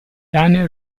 daniel